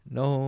no